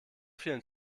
vielen